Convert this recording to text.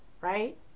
Right